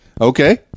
okay